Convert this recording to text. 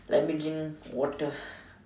let me drink water